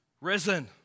risen